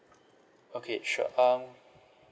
okay sure um